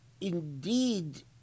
indeed